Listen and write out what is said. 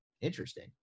Interesting